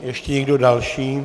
Ještě někdo další?